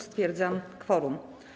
Stwierdzam kworum.